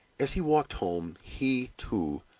as he walked home, he, too,